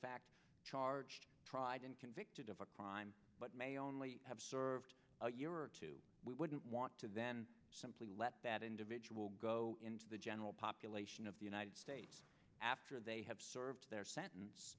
fact charged tried and convicted of a crime but may only have served a year or two we wouldn't want to then simply let that individual go into the general population of the united states after they have served their sentence